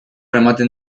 ematen